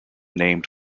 named